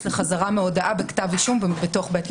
לחזרה מהודאה בכתב אישום בתוך בית משפט.